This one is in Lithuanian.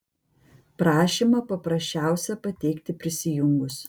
prašymą paprasčiausia pateikti prisijungus